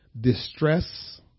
distress